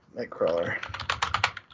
Nightcrawler